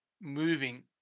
moving